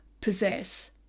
possess